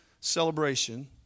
celebration